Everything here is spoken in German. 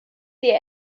der